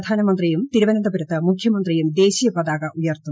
പ്രധാനമന്ത്രിയും തിരുവനന്തപ്പൂർത്ത് മുഖ്യമന്ത്രിയും ദേശീയപതാക ഉയർത്തും